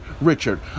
Richard